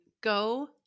Go